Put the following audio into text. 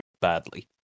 badly